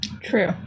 True